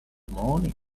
morning